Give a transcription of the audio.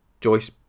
Joyce